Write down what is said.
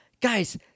Guys